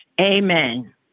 Amen